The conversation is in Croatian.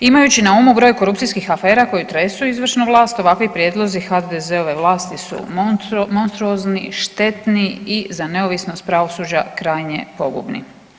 Imajući na umu broj korupcijskih afera koje tresu izvršnu vlast ovakvi prijedlozi HDZ-ove vlasti su monstruozni, štetni i za neovisnost pravosuđa krajnje pogubni.